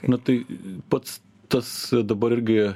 nu tai pats tas dabar irgi